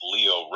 Leo